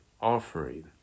offering